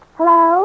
Hello